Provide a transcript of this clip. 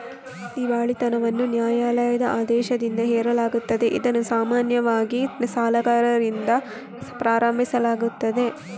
ದಿವಾಳಿತನವನ್ನು ನ್ಯಾಯಾಲಯದ ಆದೇಶದಿಂದ ಹೇರಲಾಗುತ್ತದೆ, ಇದನ್ನು ಸಾಮಾನ್ಯವಾಗಿ ಸಾಲಗಾರರಿಂದ ಪ್ರಾರಂಭಿಸಲಾಗುತ್ತದೆ